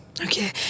Okay